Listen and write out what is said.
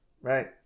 right